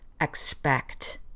expect